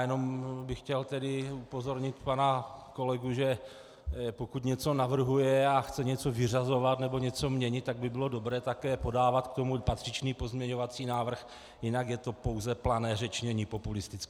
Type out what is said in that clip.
Jenom bych chtěl upozornit pana kolegu, že pokud něco navrhuje a chce něco vyřazovat nebo něco měnit, tak by bylo dobré také podávat k tomu patřičný pozměňovací návrh, jinak je to pouze plané řečnění populistické.